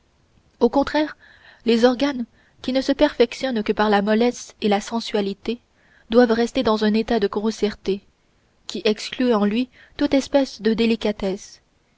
au contraire les organes qui ne se perfectionnent que par la mollesse et la sensualité doivent rester dans un état de grossièreté qui exclut en lui toute espèce de délicatesse